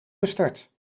gestart